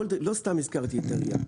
לא סתם הזכרתי את ה-RIA.